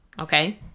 okay